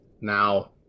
now